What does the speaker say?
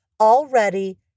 already